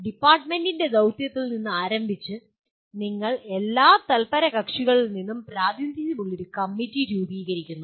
ഡിപ്പാർട്ട്മെന്റിന്റെ ദൌത്യത്തിൽ നിന്ന് ആരംഭിച്ച് നിങ്ങൾ എല്ലാ തല്പരകക്ഷികളിൽ നിന്നും പ്രാതിനിധ്യമുള്ള ഒരു കമ്മിറ്റി രൂപീകരിക്കുന്നു